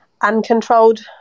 uncontrolled